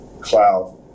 cloud